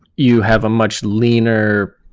you have a much leaner